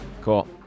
Cool